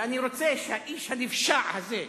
ואני רוצה שהאיש הנפשע הזה,